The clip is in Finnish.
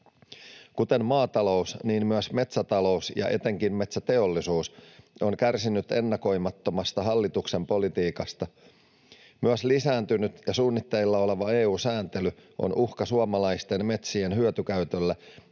Kuten maatalous, niin myös metsätalous ja etenkin metsäteollisuus ovat kärsineet hallituksen ennakoimattomasta politiikasta. Myös lisääntynyt ja suunnitteilla oleva EU-sääntely on uhka suomalaisten metsien hyötykäytölle,